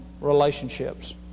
relationships